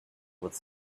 with